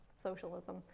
socialism